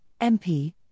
MP